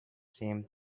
same